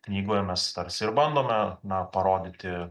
knygoje mes tarsi ir bandome na parodyti